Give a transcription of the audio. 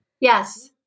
Yes